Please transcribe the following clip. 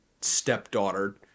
stepdaughter